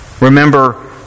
Remember